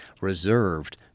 reserved